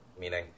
meaning